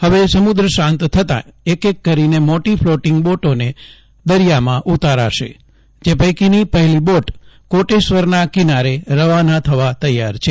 હવે સુમદ્ર શાંત થતાં એક એક કરીને મોટી ફ્લોટિંગ બોટોને દરિથામાં ઉતારાશે જે પૈકીની પહેલી બોટ કોટેશ્વરના કિનારે રવાના થવા તૈયાર છે